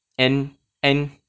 and and